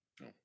no